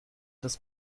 das